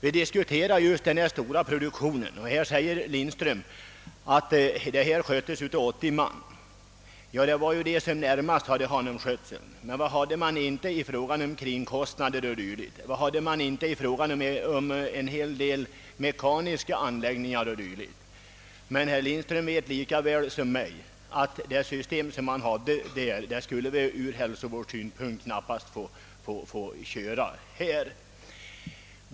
Vi diskuterade just detta stora jordbruksföretag, om vilket herr Lindström sade att 80 man skötte det hela. Ja, det var dessa 80 man som närmast hade hand om skötseln av djuren, men hur stora var inte kostnaderna för annat, och hur mycket fanns det inte av mekaniska anläggningar och dylikt? Herr Lindström vet också lika väl som jag att det amerikanska uppfödningssystemet knappast skulle tillåtas i Sverige av hälsovårdsskäl.